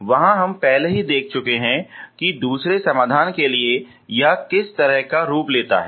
वहां हम पहले ही देख चुके हैं कि दूसरे समाधान के लिए यह किस तरह का रूप लेता है